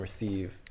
receive